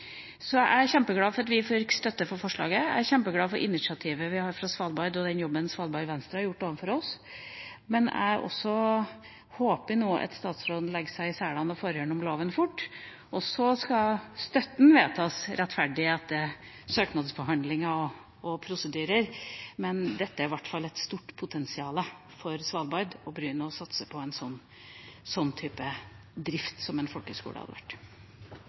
Jeg er kjempeglad for at vi fikk støtte til forslaget, jeg er kjempeglad for initiativet vi har fått fra Svalbard, og den jobben Svalbard Venstre har gjort overfor oss, men jeg håper at statsråden legger seg i selen og får loven fort igjennom. Så skal støtten vedtas rettferdig etter søknadsbehandling og prosedyrer. Det er i hvert fall et stort potensial for Svalbard å begynne å satse på den type drift som en